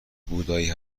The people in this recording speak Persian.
بودایی